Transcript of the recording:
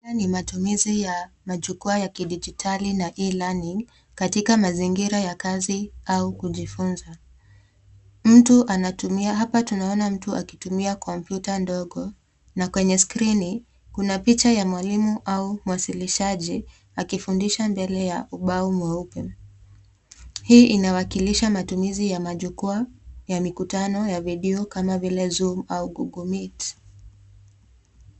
Hii ni matumizi ya majukwa ya kidijitali na e-learning katika mazingira ya kazi au kujifunza. Mtu anatumia, hapa tunaona mtu akitumia kompyuta ndogo. Na kwenye skrini, kuna picha ya mwalimu au mwasilishaji akifundisha mbele ya ubao mweupe. Hii inawakilisha matumizi ya majukwa, ya mikutano, ya video kama vile zoom au google meet .